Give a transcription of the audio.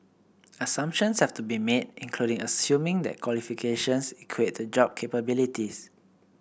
assumptions have to be made including assuming that qualifications equate to job capabilities